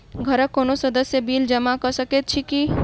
घरक कोनो सदस्यक बिल जमा कऽ सकैत छी की?